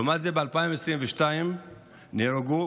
לעומת זאת, ב-2022 נהרגו